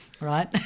Right